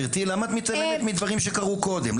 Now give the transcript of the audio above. גברתי, למה את מתעלמת מדברים שקרו קודם?